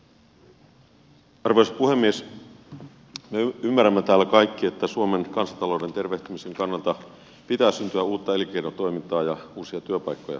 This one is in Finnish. me ymmärrämme täällä kaikki että suomen kansantalouden tervehtymisen kannalta pitää syntyä uutta elinkeinotoimintaa ja uusia työpaikkoja